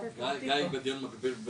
רותי פה,